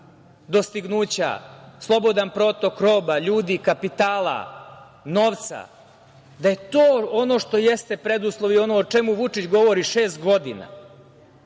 dostignuća, slobodan protok roba, ljudi, kapitala, novca, da je to ono što jeste preduslov i ono o čemu Vučić govori šest godina,